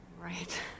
Right